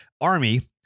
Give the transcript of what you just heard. Army